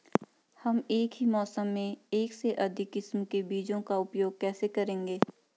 हम एक ही मौसम में एक से अधिक किस्म के बीजों का उपयोग कैसे करेंगे?